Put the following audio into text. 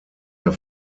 der